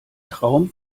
traum